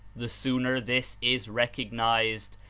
the sooner this is recognized,